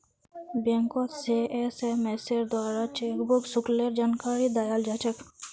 बैंकोत से एसएमएसेर द्वाराओ चेकबुक शुल्केर जानकारी दयाल जा छेक